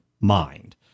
mind